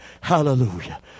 Hallelujah